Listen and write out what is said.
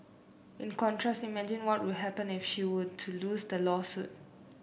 in contrast imagine what will happen if she were to lose the lawsuit